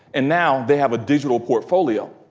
and now they have a digital portfolio.